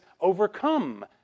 overcome